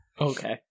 Okay